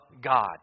God